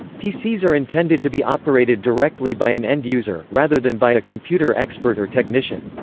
pcs are intended to be operated directly by an end user, rather than by a computer expert or technician.